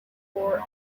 fore